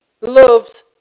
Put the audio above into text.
loves